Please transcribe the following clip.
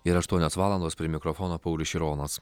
yra aštuonios valandos prie mikrofono paulius šironas